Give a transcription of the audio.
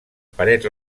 parets